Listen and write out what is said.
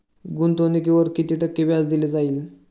गुंतवणुकीवर किती टक्के व्याज दिले जाईल?